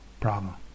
problem